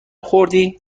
خوردی